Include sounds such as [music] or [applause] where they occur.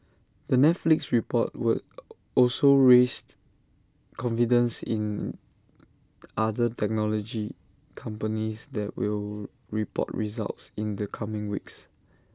the Netflix report will [noise] also raised confidence in other technology companies that will report results in the coming weeks